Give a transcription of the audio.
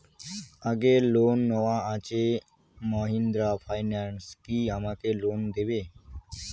আগের লোন নেওয়া আছে মাহিন্দ্রা ফাইন্যান্স কি আমাকে লোন দেবে?